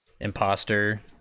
imposter